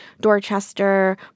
Dorchester